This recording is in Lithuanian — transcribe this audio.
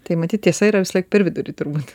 tai matyt tiesa yra vis tiek per vidurį turbūt